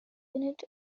unit